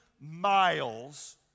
miles